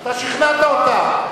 אתה שכנעת אותם.